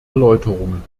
erläuterungen